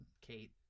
Kate